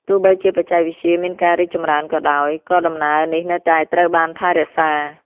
ទោះបីជាបច្ចេកវិទ្យាមានការរីកចម្រើនក៏ដោយ ក៏ដំណើរនេះនៅតែត្រូវបានថែរក្សា។